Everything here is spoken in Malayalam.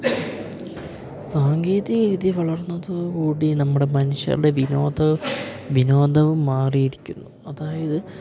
സാങ്കേതികവിദ്യ വളർന്നതോടുകൂടി നമ്മുടെ മനുഷ്യരുടെ വിനോദ വിനോദവും മാറിയിരിക്കുന്നു അതായത്